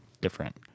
different